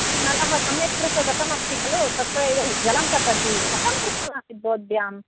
नलः सम्यक्कृत्वा गतमस्ति खलु तत्र इदानीं जलं पतति कथं कृतमासीत् भवद्भ्यां